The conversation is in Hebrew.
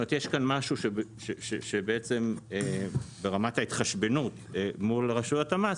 יש כאן משהו שברמת ההתחשבנות מול רשויות המס,